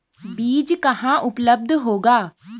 बीज कहाँ उपलब्ध होगा?